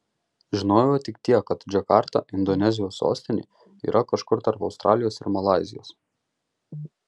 žinojau tik tiek kad džakarta indonezijos sostinė yra kažkur tarp australijos ir malaizijos